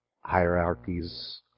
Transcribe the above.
hierarchies